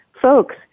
folks